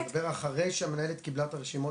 --- אני מדבר על אחרי שהמנהלת קיבלה את רשימות